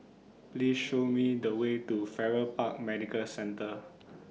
Please Show Me The Way to Farrer Park Medical Centre